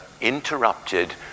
interrupted